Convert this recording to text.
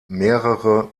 mehrere